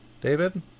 david